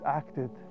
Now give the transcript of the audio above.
acted